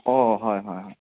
অঁ হয় হয় হয়